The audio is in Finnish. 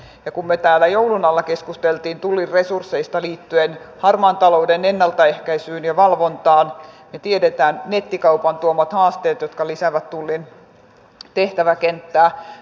ja kun me täällä joulun alla keskustelimme tullin resursseista liittyen harmaan talouden ennaltaehkäisyyn ja valvontaan niin tiedetään nettikaupan tuomat haasteet jotka lisäävät tullin tehtäväkenttää